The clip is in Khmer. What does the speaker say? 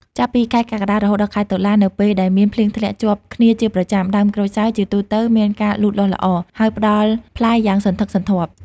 ចាប់ពីខែ កក្កដា រហូតដល់ខែតុលា នៅពេលដែលមានភ្លៀងធ្លាក់ជាប់គ្នាជាប្រចាំ ដើមក្រូចសើចជាទូទៅមានការលូតលាស់ល្អ ហើយផ្ដល់ផ្លែយ៉ាងសន្ធឹកសន្ធាប់។